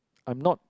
I'm not